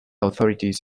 authorities